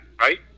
Right